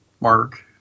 mark